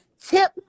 tip